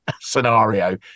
scenario